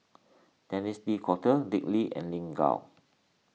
Denis D'Cotta Dick Lee and Lin Gao